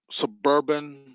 suburban